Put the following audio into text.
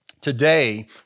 Today